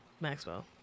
Maxwell